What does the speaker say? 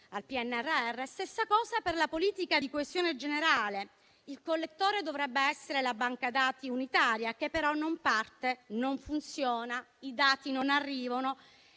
al PNRR e per la politica di coesione generale. Il collettore dovrebbe essere la banca dati unitaria, che però non parte, non funziona, i dati non arrivano.